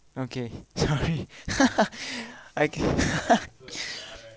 okay sorry I can